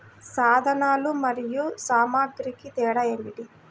సాధనాలు మరియు సామాగ్రికి తేడా ఏమిటి?